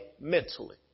mentally